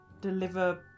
deliver